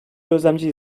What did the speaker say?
gözlemci